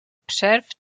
przerw